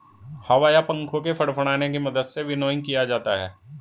हवा या पंखों के फड़फड़ाने की मदद से विनोइंग किया जाता है